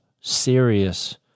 serious